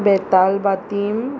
बेताल बातीम